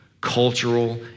cultural